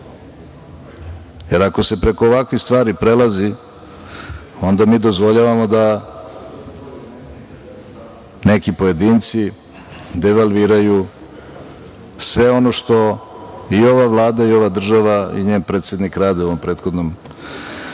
Jer ako se preko ovakvih stvari prelazi, onda mi dozvoljavamo da neki pojedinci devalviraju sve ono što i ova Vlada i ova država i njen predsednik rade u ovom prethodnom